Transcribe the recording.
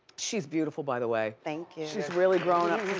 she's beautiful, by the way. thank you. she's really growing